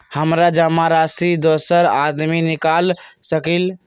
हमरा जमा राशि दोसर आदमी निकाल सकील?